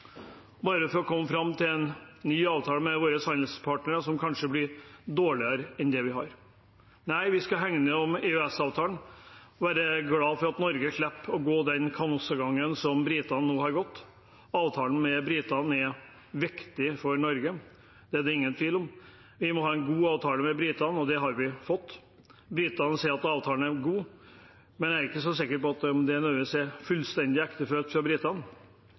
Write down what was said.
bare for å komme fram til en ny avtale med våre handelspartnere som kanskje blir dårligere enn det vi har. Nei, vi skal hegne om EØS-avtalen og være glad for at Norge slipper å gå den kanossagangen som britene nå har gått. Avtalen med britene er viktig for Norge, det er det ingen tvil om. Vi må ha en god avtale med britene, og det har vi fått. Britene sier at avtalen er god, men jeg er ikke så sikker på om det nødvendigvis er fullstendig ektefølt fra britene. En av grunnene til at